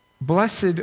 blessed